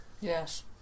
yes